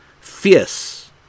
fierce